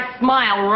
smile